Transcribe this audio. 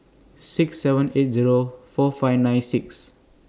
six seven eight Zero four five nine six